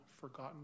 forgotten